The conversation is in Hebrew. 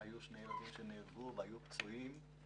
שני ילדים שנהרגו והיו פצועים.